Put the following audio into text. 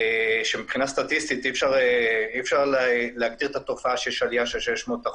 שמבחינה סטטיסטית אי אפשר להגדיר את התופעה שיש עלייה של 600%,